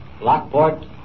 Lockport